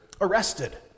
arrested